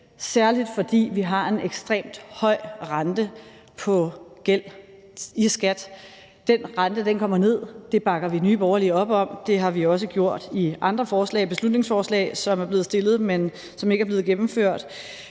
særlig fordi vi har en ekstremt høj rente på gæld i skattevæsenet. Den rente kommer ned. Det bakker vi i Nye Borgerlige op om; det har vi også gjort i andre lovforslag og beslutningsforslag, som er blevet fremsat, men som ikke er blevet gennemført,